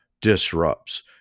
disrupts